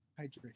Hydration